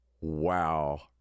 Wow